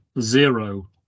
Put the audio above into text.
zero